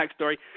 backstory